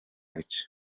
гэж